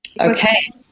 Okay